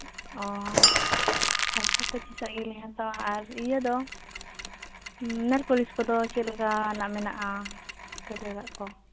ᱚᱻ ᱟᱪᱪᱷᱟ ᱯᱚᱪᱤᱥᱟᱜ ᱜᱮᱞᱤᱧ ᱦᱟᱛᱟᱣᱟ ᱟᱨ ᱤᱭᱟᱹ ᱫᱚ ᱱᱮᱹᱞ ᱯᱟᱹᱞᱤᱥ ᱠᱚᱫᱚ ᱪᱮᱫᱞᱟᱠᱟᱱᱟᱜ ᱢᱮᱱᱟᱜᱼᱟ ᱠᱟᱞᱟᱨᱟᱜ ᱠᱚ